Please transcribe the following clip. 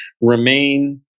remain